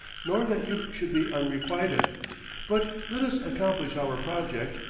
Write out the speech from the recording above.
nor that you should be unrequited but let us accomplish our project,